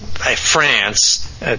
France